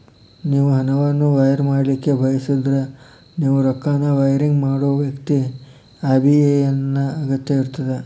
ನೇವು ಹಣವನ್ನು ವೈರ್ ಮಾಡಲಿಕ್ಕೆ ಬಯಸಿದ್ರ ನೇವು ರೊಕ್ಕನ ವೈರಿಂಗ್ ಮಾಡೋ ವ್ಯಕ್ತಿ ಐ.ಬಿ.ಎ.ಎನ್ ನ ಅಗತ್ಯ ಇರ್ತದ